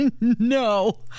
no